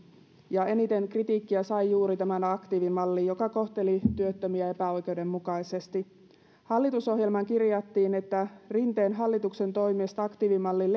eniten kritiikkiä sai juuri tämä aktiivimalli joka kohteli työttömiä epäoikeudenmukaisesti hallitusohjelmaan kirjattiin että rinteen hallituksen toimesta aktiivimallin